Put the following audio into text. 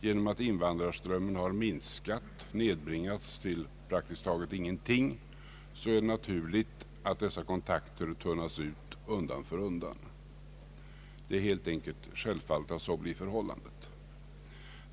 Genom att invandrarströmmen nu har nedbringats till praktiskt taget ingenting är det naturligt att dessa kontakter undan för undan tunnats ut.